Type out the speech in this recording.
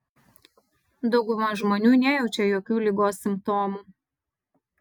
dauguma žmonių nejaučia jokių ligos simptomų